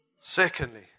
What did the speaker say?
Secondly